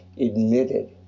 admitted